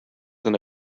than